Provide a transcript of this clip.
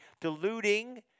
deluding